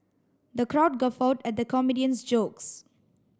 the crowd guffawed at the comedian's jokes